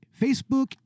Facebook